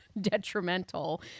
detrimental